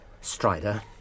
Strider